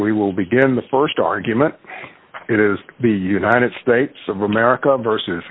we will begin the st argument it is the united states of america versus